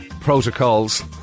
protocols